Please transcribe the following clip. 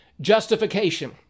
justification